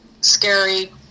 scary